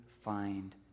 find